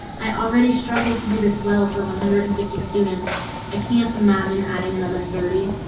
i already struggled to do this well for one hundred and fifty students. i can't imagine adding another thirty.